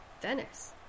Venice